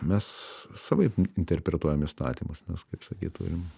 mes savaip interpretuojam įstatymus nes kaip sakyt turim